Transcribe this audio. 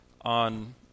on